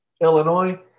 Illinois